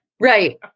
Right